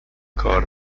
کار